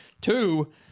two